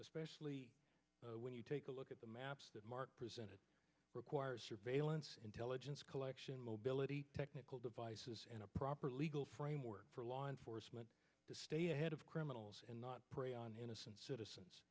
especially when you take a look at the maps that mark presented requires surveillance intelligence collection mobility technical devices and a proper legal framework for law enforcement to stay ahead of criminals and not prey on innocent citizens